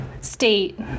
State